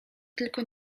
tylko